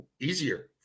easier